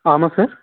আম আছে